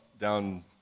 down